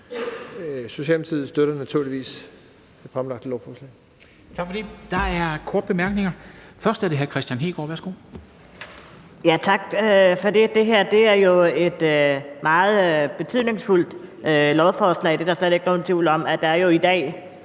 Socialdemokratiet støtter naturligvis det fremsatte lovforslag.